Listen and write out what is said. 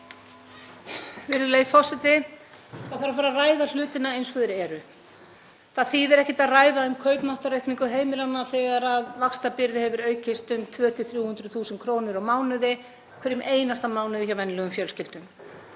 Það þarf að fara að ræða hlutina eins og þeir eru. Það þýðir ekkert að ræða um kaupmáttaraukningu heimilanna þegar vaxtabyrði hefur aukist um 2–300.000 kr. á hverjum einasta mánuði hjá venjulegum fjölskyldum.